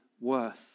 worth